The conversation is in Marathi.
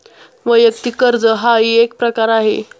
वैयक्तिक कर्ज हाही एक प्रकार आहे